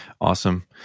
Awesome